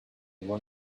were